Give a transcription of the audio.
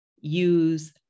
use